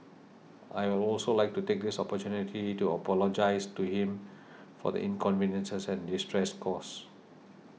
I will also like to take this opportunity to apologise to him for the inconveniences and distress caused